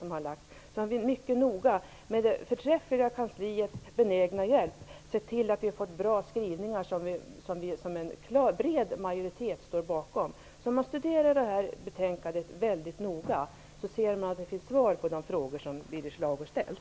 Vi har med det förträffliga kansliets benägna hjälp sett till att vi fått bra skrivningar som en klar majoritet står bakom. Om Birger Schlaug läser betänkandet noga får han svar på de frågor som han ställt.